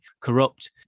corrupt